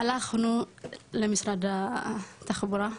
הלכנו למשרד התחבורה,